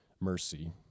mercy